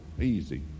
Easy